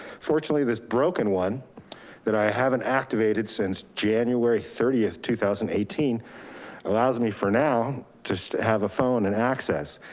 fortunately, this broken one that i haven't activated since january thirtieth, two thousand and eighteen allows me for now to have a phone and access.